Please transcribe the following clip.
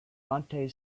monte